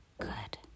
good